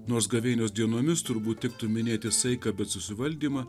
nors gavėnios dienomis turbūt tiktų minėti saiką bet susivaldymą